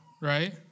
right